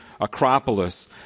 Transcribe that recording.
Acropolis